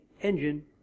engine